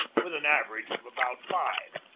with an average of about five.